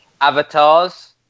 avatars